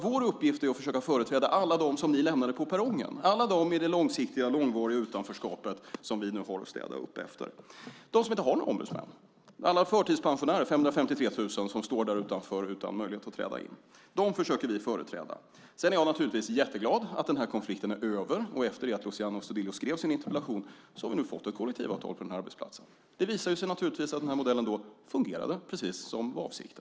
Vår uppgift är att försöka företräda alla dem som ni lämnade på perrongen, alla dem i det långsiktiga, långvariga utanförskap som vi nu har att städa upp efter - de som inte har några ombudsmän. Alla förtidspensionärer, 553 000, som står där utanför utan möjlighet att träda in - dem försöker vi företräda. Sedan är jag naturligtvis jätteglad att den här konflikten är över, och efter att Luciano Astudillo skrev sin interpellation har vi nu fått ett kollektivavtal på den här arbetsplatsen. Det visar sig naturligtvis att den här modellen då fungerade, precis som avsett.